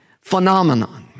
phenomenon